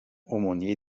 aumônier